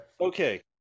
Okay